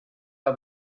how